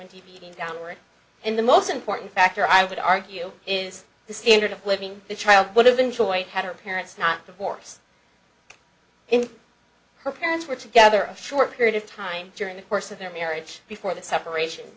going down in the most important factor i would argue is the standard of living the child would have enjoyed had her parents not divorced in her parents were together a short period of time during the course of their marriage before the separation